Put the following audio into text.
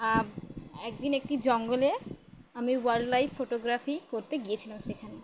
একদিন একটি জঙ্গলে আমি ওয়াইল্ডলাইফ ফটোগ্রাফি করতে গিয়েছিলাম সেখানে